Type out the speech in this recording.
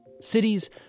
Cities